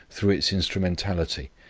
through its instrumentality,